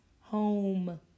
home